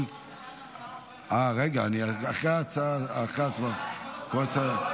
לוועדת העבודה והרווחה נתקבלה.